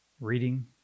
reading